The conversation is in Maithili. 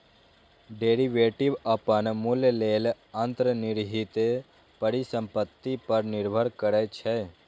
डेरिवेटिव अपन मूल्य लेल अंतर्निहित परिसंपत्ति पर निर्भर करै छै